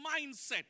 mindset